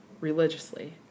religiously